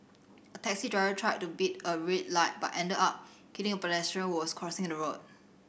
a taxi driver tried to beat a red light but ended up killing a pedestrian who was crossing the road